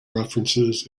references